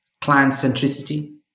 client-centricity